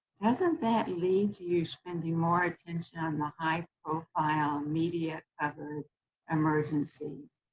doesn't that lead to you spending more attention on the high profile, media covered emergencies?